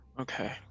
okay